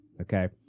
okay